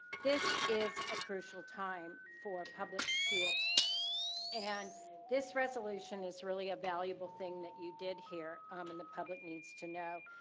this is a crucial time for public schools and this resolution is really a valuable thing that you did here um and the public needs to know.